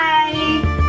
Bye